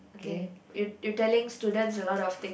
okay you you telling students a lot of things